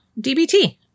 DBT